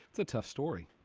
it's a tough story.